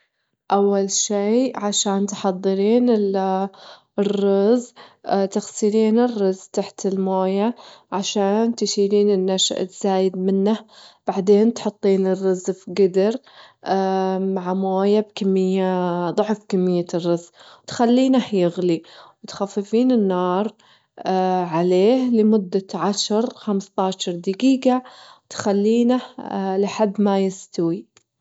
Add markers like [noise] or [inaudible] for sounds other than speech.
أول شي عشان تحضرين الرز، تغسلين الرز تحت الموية عشان تشيلين النشا الزايد منها، بعدين تحطين الرز في جدر [hesitation] مع موية بكمية- ضعف كمية الرز، تخلينه يغلي وتخففين النار عليه لمدة عشر خمستاشر دجيجة، تخلينه لحد ما يستوي.